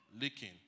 leaking